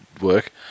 work